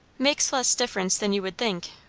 makes less difference than you would think,